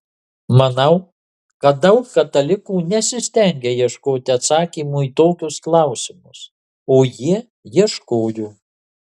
manau kad daug katalikų nesistengia ieškoti atsakymų į tokius klausimus o jie ieškojo